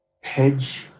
hedge